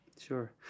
Sure